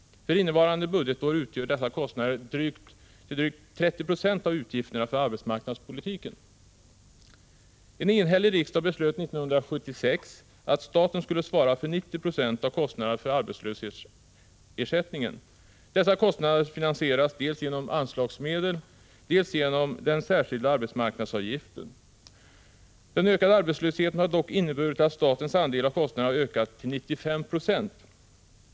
För innevarande budgetår utgör dessa kostnader drygt 30 96 av utgifterna för arbetsmarknadspolitiken. En enhällig riksdag beslöt 1976 att staten skulle svara för 90 70 av kostnaderna för arbetslöshetsersättningen. Dessa kostnader finansieras dels genom anslagsmedel, dels genom den särskilda arbetsmarknadsavgiften. Den ökade arbetslösheten har dock inneburit att statens andel av kostnaderna har ökat till 95 26.